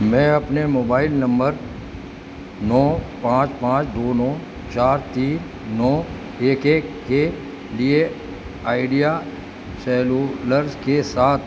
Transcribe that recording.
میں اپنے mobile number نو پانچ پانچ دو نو چار تین نو ایک ایک کے لئے آئیڈیا سیلولرج کے ساتھ